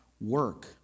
work